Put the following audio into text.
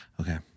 Okay